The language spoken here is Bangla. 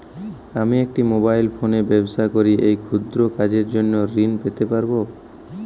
আমি একটি মোবাইল ফোনে ব্যবসা করি এই ক্ষুদ্র কাজের জন্য ঋণ পেতে পারব?